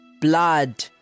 Blood